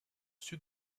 sud